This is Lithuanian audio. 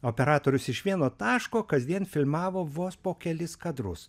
operatorius iš vieno taško kasdien filmavo vos po kelis kadrus